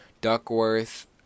Duckworth